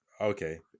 Okay